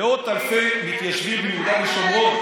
מאות אלפי מתיישבים ביהודה ושומרון